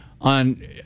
on